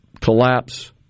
collapse